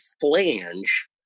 flange